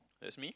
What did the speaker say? that me